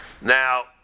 Now